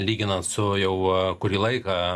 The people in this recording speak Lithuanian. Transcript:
lyginant su jau kurį laiką